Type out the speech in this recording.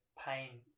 pain